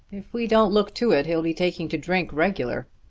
if we don't look to it he'll be taking to drink regular.